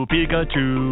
Pikachu